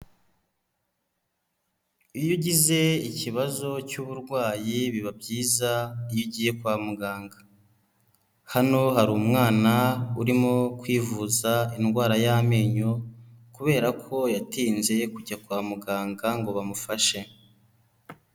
Iyo ugize ikibazo cy'uburwayi biba byiza iyo ugiye kwa muganga, hano hari umwana urimo kwivuza indwara y'amenyo kubera ko yatinze kujya kwa muganga ngo bamufashe.